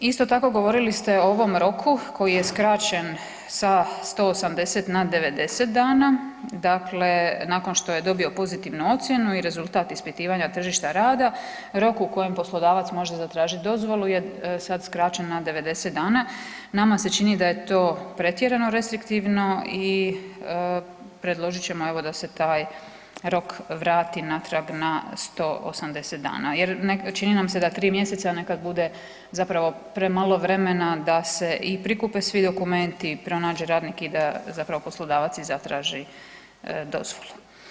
Isto tako govorili ste o ovom roku koji je skraćen sa 180 na 90 dana, dakle nakon što je dobio pozitivnu ocjenu i rezultat ispitivanja tržišta rada, rok u kojem poslodavac može zatražiti dozvole je sad skraćen na 90 dana, nama se čini da je to pretjerano restriktivno i predložit ćemo evo da se taj rok vrati natrag na 180 dana jer čini nam se da 3 mj. nekad bude zapravo premalo vremena da se i prikupe svi dokumenti, pronađe radnik i da zapravo poslodavac i zatraži dozvolu.